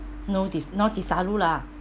no this not desaru lah